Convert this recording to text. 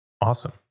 awesome